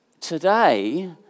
today